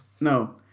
No